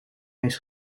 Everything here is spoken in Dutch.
eens